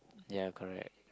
ya correct